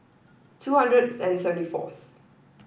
two hundred and seventy fourth